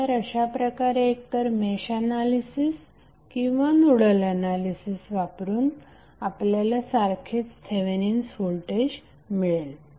तर अशाप्रकारे एकतर मेश एनालिसिस किंवा नोडल एनालिसिस वापरून आपल्याला सारखेच थेवेनिन्स व्होल्टेज मिळेल